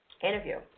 interview